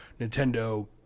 Nintendo